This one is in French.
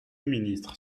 ministre